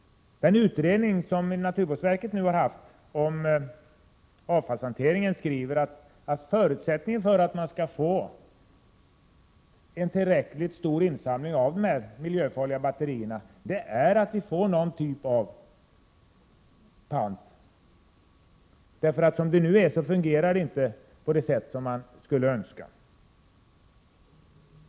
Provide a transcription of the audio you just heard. Den utredning som naturvårdsverket har gjort om avfallshantering skriver att förutsättningen för att man skall få en tillräckligt stor insamling av de miljöfarliga batterierna är att någon typ av pant införs. Som det nu är, fungerar det inte på det sätt som man skulle önska.